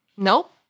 Nope